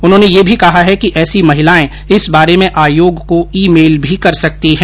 उन्होंने यह भी कहा है कि ऐसी महिलाए इस बारे में आयोग को ई मेल भी कर सकती हैं